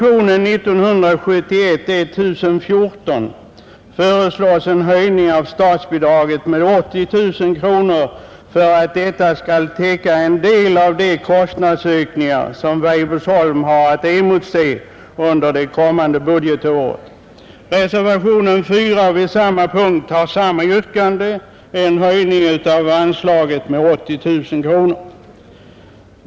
I motion 1014 föreslås en höjning av statsbidraget med 80 000 kronor för att detta skall täcka en del av de kostnadsökningar som Weibullsholm har att emotse under det kommande budgetåret. Reservationen 4 vid punkten 33 har samma yrkande, en anslagshöjning med 80 000 kronor.